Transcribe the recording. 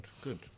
good